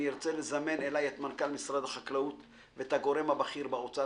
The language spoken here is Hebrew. אני ארצה לזמן אליי את מנכ"ל משרד החקלאות ואת הגורם הבכיר באוצר